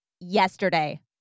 yesterday